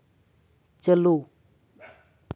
ᱪᱟᱹᱞᱩ